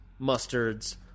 mustards